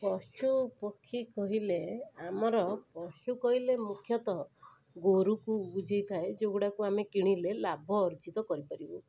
ପଶୁପକ୍ଷୀ କହିଲେ ଆମର ପଶୁକହିଲେ ମୁଖ୍ୟତଃ ଗୋରୁକୁ ବୁଝାଇଥାଏ ଯେଉଁଗୁଡ଼ାକୁ ଆମେ କିଣିଲେ ଲାଭ ଅର୍ଜିତ କରିପାରିବୁ